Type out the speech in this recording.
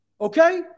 Okay